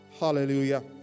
hallelujah